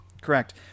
Correct